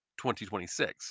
2026